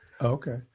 Okay